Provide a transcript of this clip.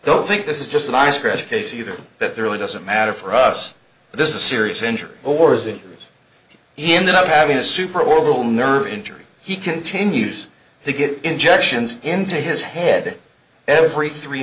though think this is just a nice crash case either that there really doesn't matter for us this is a serious injury or is it he ended up having a super or will nerve injury he continues to get injections into his head every three